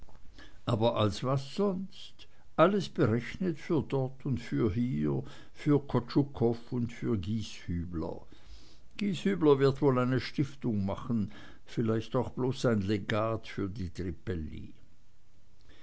aber als was sonst alles berechnet für dort und für hier für kotschukoff und für gieshübler gieshübler wird wohl eine stiftung machen vielleicht auch bloß ein legat für die trippelli